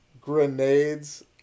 grenades